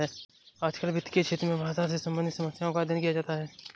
आजकल वित्त के क्षेत्र में भाषा से सम्बन्धित समस्याओं का अध्ययन किया जाता है